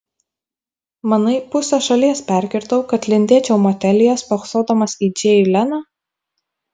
manai pusę šalies perkirtau kad lindėčiau motelyje spoksodamas į džėjų leną